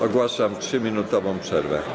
Ogłaszam 3-minutową przerwę.